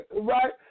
right